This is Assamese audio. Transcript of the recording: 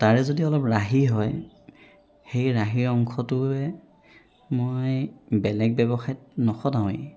তাৰে যদি অলপ ৰাহি হয় সেই ৰাহি অংশটোৰে মই বেলেগ ব্যৱসায়ত নখটাওঁৱেই